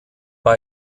bei